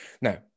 now